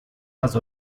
las